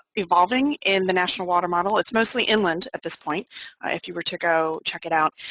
evolving in the national water model, it's mostly inland at this point if you were to go check it out,